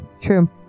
True